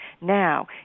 Now